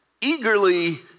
eagerly